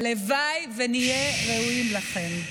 הלוואי שנהיה ראויים לכם.